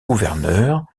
gouverneur